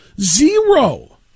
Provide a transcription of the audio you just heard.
Zero